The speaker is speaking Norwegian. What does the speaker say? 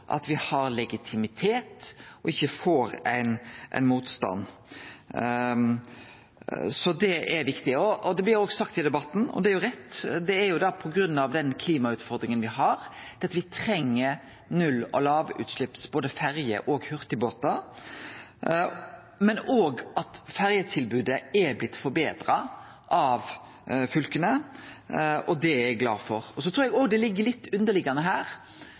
har legitimitet og ikkje får ein motstand. Det er viktig. Det blir òg sagt i debatten, og det er jo rett, at det er på grunn av den klimautfordringa me har, at me treng null- og lågutslepp på både ferjer og hurtigbåtar, men òg at ferjetilbodet er blitt forbetra av fylka, og det er eg glad for.